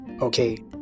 okay